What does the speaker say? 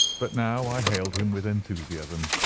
but now i hailed him with enthusiasm,